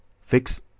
Fix